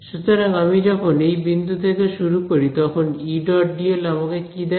সুতরাং আমি যখন এই বিন্দু থেকে শুরু করি তখন Edl আমাকে কি দেয়